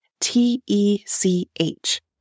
T-E-C-H